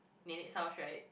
Nenek house right